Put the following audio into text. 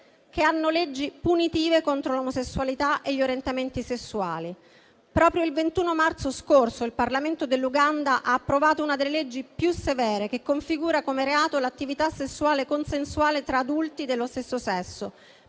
che hanno leggi punitive contro l'omosessualità e gli orientamenti sessuali. Proprio il 21 marzo scorso il Parlamento dell'Uganda ha approvato una delle leggi più severe, che configura come reato l'attività sessuale consensuale tra adulti dello stesso sesso,